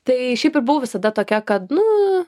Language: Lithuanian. tai šiaip ir buvau visada tokia kad nu